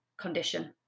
condition